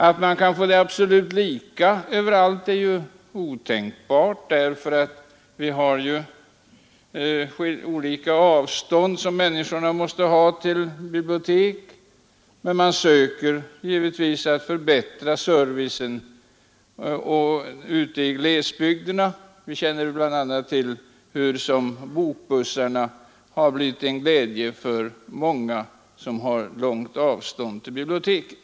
Att man kan få det absolut lika överallt är ju otänkbart, eftersom människorna har olika avstånd till bibliotek. Men man söker allvarligt förbättra servicen ute i glesbygderna. Vi känner bl.a. till hur bokbussarna har blivit till glädje för många som har långt avstånd till biblioteken.